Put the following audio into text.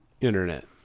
internet